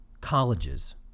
colleges